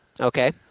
Okay